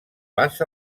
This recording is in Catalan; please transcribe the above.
pas